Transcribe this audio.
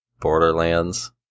Borderlands